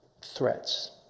Threats